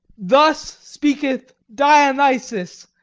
thus speaketh dionysus,